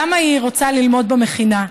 למה היא רוצה ללמוד במכינה.